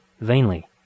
vainly